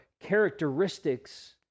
characteristics